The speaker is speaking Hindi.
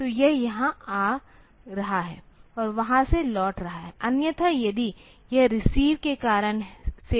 तो यह यहाँ आ रहा है और वहाँ से लौट रहा है अन्यथा यदि यह रिसीव के कारण से होता है